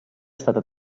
stata